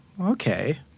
okay